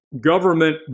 government